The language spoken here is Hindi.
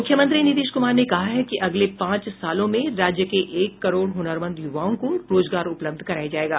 मुख्यमंत्री नीतीश कुमार ने कहा है कि अगले पांच सालों में राज्य के एक करोड़ हनरमंद यूवाओं को रोजगार उपलब्ध कराया जायेगा